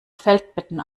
feldbetten